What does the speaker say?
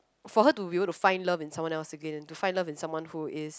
for her to be able to find love in someone else again and to find love in someone who is